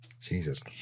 Jesus